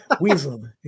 Weasel